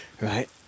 Right